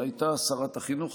הייתה שרת החינוך,